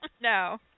No